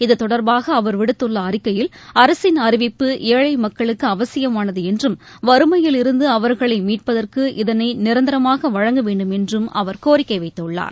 இத்தொடர்பாக அவர் விடுத்துள்ள அறிக்கையில் அரசின் அறிவிப்பு ஏழை மக்களுக்கு அவசியமானது என்றும் வறுமையில் இருந்து அவர்களை மீட்பதற்கு இதளை நிரந்தரமாக வழங்க வேண்டும் என்றும் அவர் கோரிக்கை வைத்துள்ளார்